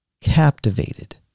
captivated